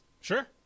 Sure